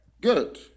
Good